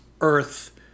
earth